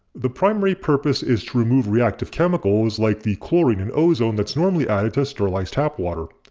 the primary purpose is to remove reactive chemicals like the chlorine and ozone that's normally added to sterilize tap water.